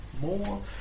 more